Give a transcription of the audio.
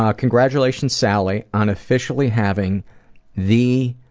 um congratulations, sally, on officially having the